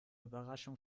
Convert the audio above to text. überraschung